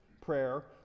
prayer